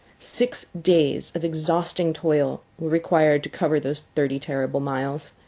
six days of exhausting toil were required to cover those thirty terrible miles.